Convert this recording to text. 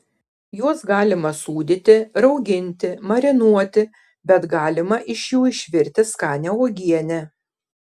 juos galima sūdyti rauginti marinuoti bet galima iš jų išvirti skanią uogienę